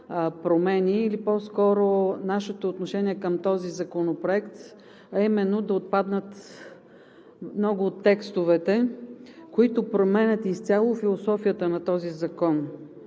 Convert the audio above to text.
или по-скоро нашето отношение към този законопроект, а именно да отпаднат много от текстовете, които променят изцяло философията на този закон.